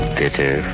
bitter